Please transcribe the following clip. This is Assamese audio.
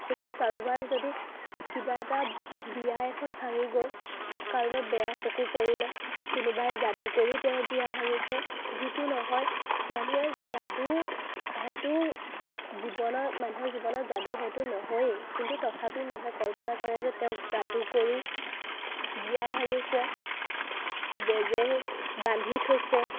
এতিয়া কাৰোবাৰ যদি কিবা এটা বিয়া এখন ভাঙি গ'ল কাৰোবাৰ বেয়া চকু পৰিলে কোনোবাই যাদু কৰি তেওঁৰ বিয়া ভাঙিছে যিটো নহয় মানুহে যাদু হয়তো জীৱনত মানুহৰ জীৱনত যাদু হয়তো নহয়েই কিন্তু তথাপি মানুহে কল্পনা কৰে যে তেওঁক যাদু কৰি বিয়া ভাঙিছে বেজে বান্ধি থৈছে